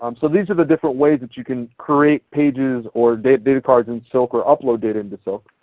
um so these are the different ways that you can create pages or data data cards in silk or upload data into silk.